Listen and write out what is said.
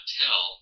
tell